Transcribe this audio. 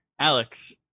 Alex